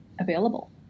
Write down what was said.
available